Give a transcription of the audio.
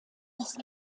des